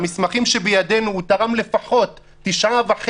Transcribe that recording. מהמסמכים שבידינו הוא תרם לפחות 9.5